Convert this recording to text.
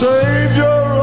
Savior